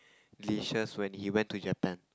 delicious when he went to Japan